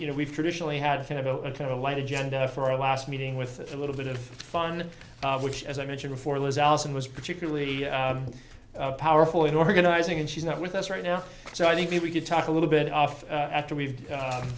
you know we've traditionally had a kind of a light agenda for our last meeting with a little bit of fun which as i mentioned before liz allison was particularly powerful in organizing and she's not with us right now so i think if we could talk a little bit off after we've